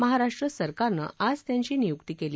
महाराष्ट्र सरकारनं आज त्यांची नियुक्ती केली